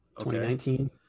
2019